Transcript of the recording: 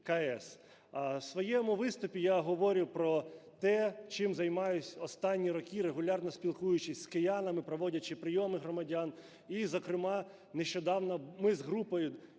В своєму виступі я говорю про те, чим займаюсь останні роки, регулярно спілкуючись з киянами, проводячи прийоми громадян. І зокрема, нещодавно ми з групою,